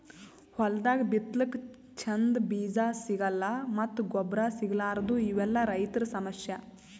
ಹೊಲ್ದಾಗ ಬಿತ್ತಲಕ್ಕ್ ಚಂದ್ ಬೀಜಾ ಸಿಗಲ್ಲ್ ಮತ್ತ್ ಗೊಬ್ಬರ್ ಸಿಗಲಾರದೂ ಇವೆಲ್ಲಾ ರೈತರ್ ಸಮಸ್ಯಾ